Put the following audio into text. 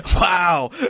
Wow